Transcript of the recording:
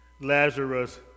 Lazarus